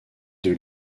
deux